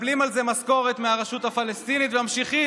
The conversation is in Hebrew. מקבלים על זה משכורת מהרשות הפלסטינית וממשיכים,